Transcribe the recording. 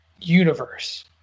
universe